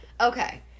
Okay